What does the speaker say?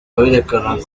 berekanaga